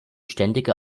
ständige